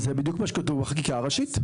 זה בדיוק מה שכתוב בחקיקה הראשית.